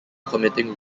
committing